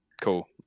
cool